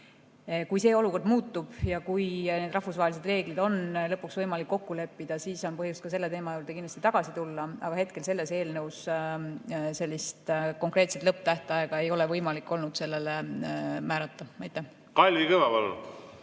Kui see olukord muutub ja kui need rahvusvahelised reeglid on lõpuks võimalik kokku leppida, siis on põhjust selle teema juurde kindlasti tagasi tulla. Aga hetkel selles eelnõus konkreetset lõpptähtaega ei ole võimalik olnud määrata. Aitäh! Siin ei ole